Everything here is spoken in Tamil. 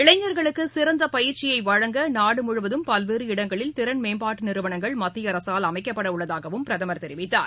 இளைஞர்களுக்குசிறந்தபயிற்சியவழங்க நாடுமுழுவதும் பல்வேறு இடங்களில் திறன் மேம்பாட்டுநிறுவனங்கள் மத்தியஅரசால் அமைக்கப்படவுள்ளதாகபிரதமர் தெரிவித்தார்